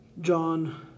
John